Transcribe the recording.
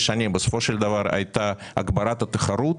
שנים בסופו של דבר הייתה הגברת התחרות,